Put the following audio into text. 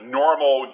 normal